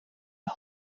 aho